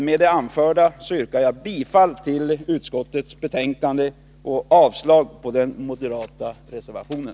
Med det anförda yrkar jag bifall till utskottets hemställan och avslag på den moderata reservationen.